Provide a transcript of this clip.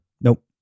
Nope